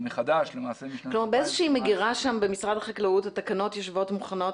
למעשה משנת 2018. באיזו מגירה במשרד החקלאות התקנות יושבות מוכנות?